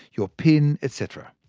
your pin, et cetera.